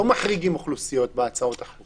לא מחריגים אוכלוסיות בהצעות החוק.